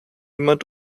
niemand